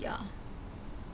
ya